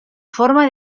forma